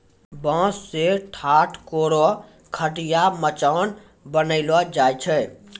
बांस सें ठाट, कोरो, खटिया, मचान बनैलो जाय छै